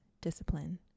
discipline